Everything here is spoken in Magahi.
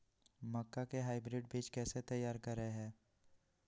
मक्का के हाइब्रिड बीज कैसे तैयार करय हैय?